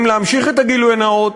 אם להמשיך את הגילוי הנאות,